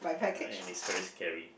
ya and is very scary